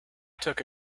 took